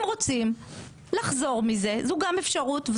אם רוצים לחזור מזה, זו גם אפשרות.